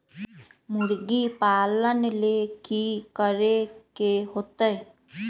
मुर्गी पालन ले कि करे के होतै?